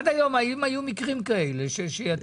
עד היום, האם היו מקרים כאלה שיתום?